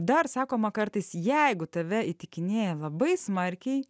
dar sakoma kartais jeigu tave įtikinėja labai smarkiai